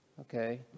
Okay